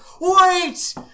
WAIT